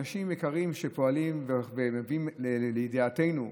אנשים יקרים שפועלים ומביאים לידיעתנו,